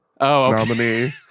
nominee